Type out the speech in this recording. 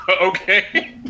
Okay